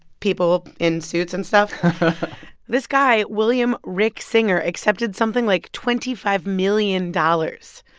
people in suits and stuff this guy, william rick singer, accepted something like twenty five million dollars.